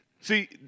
See